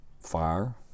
fire